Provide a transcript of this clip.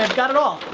got it all.